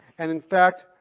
and in fact,